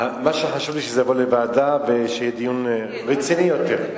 מה שחשוב לי שזה יעבור לוועדה ויהיה דיון רציני יותר.